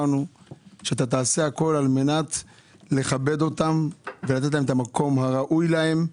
שאתה תעשה הכול כדי לכבד אותם ולתת להם את המקום הראוי להם.